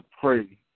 pray